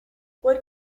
what